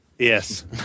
Yes